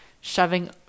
shoving